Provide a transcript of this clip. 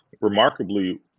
remarkably